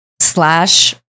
slash